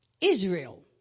Israel